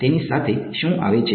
તેની સાથે શું આવે છે